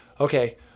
Okay